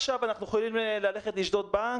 זה לא שעכשיו אנחנו יכולים לשדוד בנק